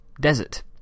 desert